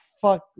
fuck